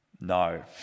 No